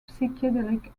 psychedelic